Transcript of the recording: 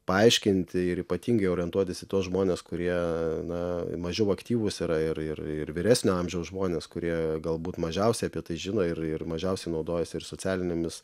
paaiškinti ir ypatingai orientuotis į tuos žmones kurie na mažiau aktyvūs yra ir ir ir vyresnio amžiaus žmonės kurie galbūt mažiausiai apie tai žino ir ir mažiausiai naudojasi ir socialinėmis